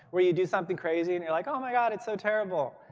where you do something crazy and you're like, oh my god, it's so terrible.